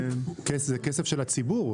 זה כסף של הציבור.